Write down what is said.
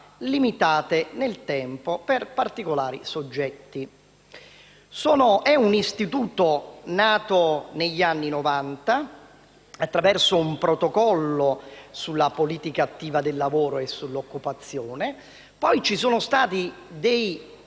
limitate nel tempo per particolari soggetti. Si tratta di un istituto nato negli anni Novanta attraverso un protocollo sulla politica attiva del lavoro e sull'occupazione. Poi ci sono stati dei